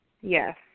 Yes